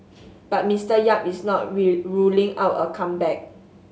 but Mister Yap is not ruling out a comeback